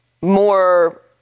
more